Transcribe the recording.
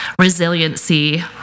resiliency